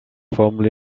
firmly